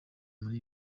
muri